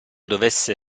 dovesse